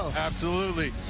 absolutely.